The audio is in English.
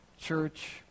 church